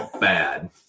bad